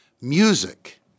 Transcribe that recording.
Music